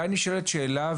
--- שואלת שאלה,